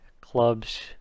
Clubs